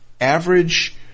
average